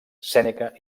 sèneca